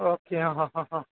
okay അ അ ആ അ